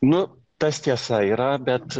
nu tas tiesa yra bet